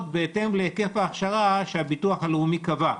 בהתאם להיקף ההכשרה שהביטוח הלאומי קבע.